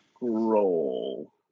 roll